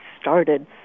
started